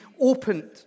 opened